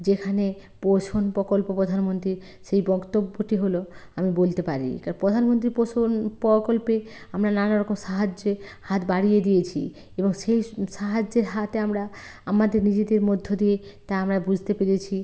যেখানে পোষণ প্রকল্প প্রধানমন্ত্রীর সেই বক্তব্যটি হলো আমি বলতে পারি কারণ প্রধানমন্ত্রীর পোষণ প্রকল্পে আমরা নানারকম সাহায্যে হাত বাড়িয়ে দিয়েছি এবং সেই সাহায্যের হাতে আমরা আমাদের নিজেদের মধ্য দিয়ে তা আমরা বুঝতে পেরেছি